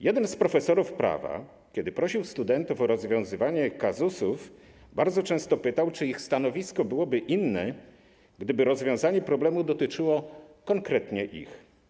Jeden z profesorów prawa, kiedy prosił studentów o rozwiązywanie kazusów, bardzo często pytał, czy ich stanowisko byłoby inne, gdyby rozwiązanie problemu dotyczyło konkretnie ich.